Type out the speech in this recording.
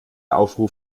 aufruf